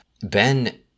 Ben